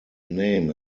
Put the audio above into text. name